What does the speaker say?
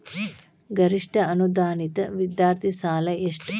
ಗರಿಷ್ಠ ಅನುದಾನಿತ ವಿದ್ಯಾರ್ಥಿ ಸಾಲ ಎಷ್ಟ